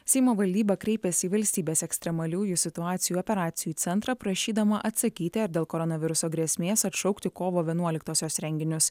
seimo valdyba kreipėsi į valstybės ekstremaliųjų situacijų operacijų centrą prašydama atsakyti ar dėl koronaviruso grėsmės atšaukti kovo vienuoliktosios renginius